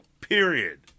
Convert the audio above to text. Period